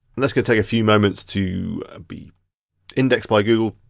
and that's gonna take a few moments to be indexed by google.